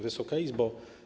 Wysoka Izbo!